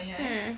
mm